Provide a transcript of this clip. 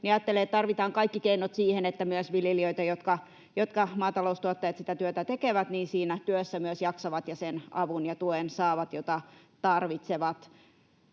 Ajattelen, että tarvitaan kaikki keinot siihen, että viljelijät, maataloustuottajat, jotka sitä työtä tekevät, siinä työssä myös jaksavat ja sen avun ja tuen saavat, jota tarvitsevat.